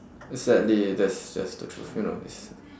it's sadly that's just the truth you know it's